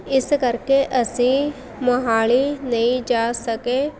ਇਸ ਕਰਕੇ ਅਸੀਂ ਮੋਹਾਲੀ ਨਹੀਂ ਜਾ ਸਕੇ